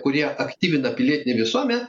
kurie aktyvina pilietinę visuomenę